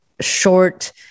short